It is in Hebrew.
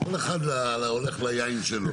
כל אחד הולך ליין שלו,